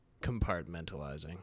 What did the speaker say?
compartmentalizing